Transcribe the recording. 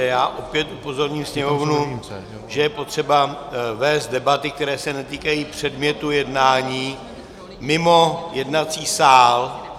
Já opět upozorním sněmovnu, že je potřeba vést debaty, které se netýkají předmětu jednání, mimo jednací sál!